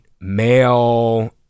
male